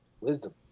Wisdom